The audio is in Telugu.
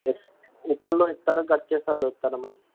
ఉప్పల్లో ఎక్కుతారా ఘట్కేసర్లో ఎక్కుతారా మేడమ్